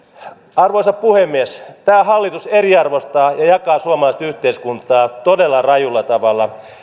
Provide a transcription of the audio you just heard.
arvoisa puhemies tämä hallitus eriarvoistaa ja jakaa suomalaista yhteiskuntaa todella rajulla tavalla